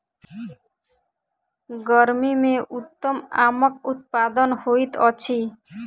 गर्मी मे उत्तम आमक उत्पादन होइत अछि